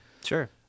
sure